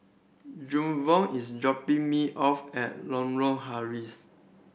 Jevon is dropping me off at Lorong Halus